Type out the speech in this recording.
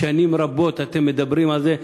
שנים רבות אתם מדברים על זה,